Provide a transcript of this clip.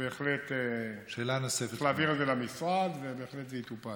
בהחלט צריך להעביר את זה למשרד, ובהחלט זה יטופל.